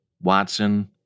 Watson